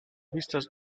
vistas